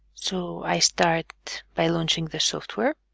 so i start by launching the software